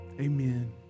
Amen